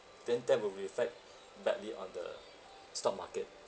then that will reflect badly on the stock market